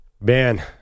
Man